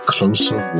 Closer